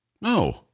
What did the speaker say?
No